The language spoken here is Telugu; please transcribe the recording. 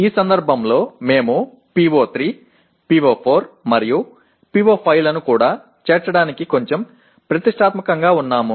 ఈ సందర్భంలో మేము PO3 PO4 మరియు PO5 లను కూడా చేర్చడానికి కొంచెం ప్రతిష్టాత్మకంగా ఉన్నాము